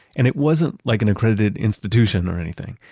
and it wasn't like an accredited institution or anything.